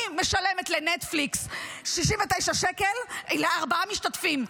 אני משלמת לנטפליקס 69 שקל לארבעה משתתפים.